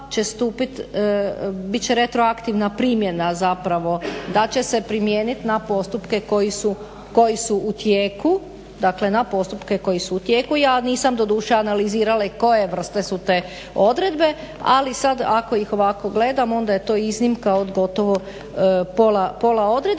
bit će retroaktivna primjena zapravo da će se primijeniti na postupke koji su u tijeku. Ja nisam doduše analizirala koje vrste su te odredbe ali sada ako ih ovako gledam onda je to iznimka od gotovo pola odredaba.